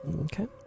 Okay